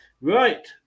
Right